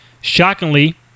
shockingly